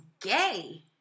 gay